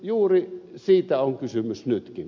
juuri siitä on kysymys nytkin